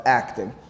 acting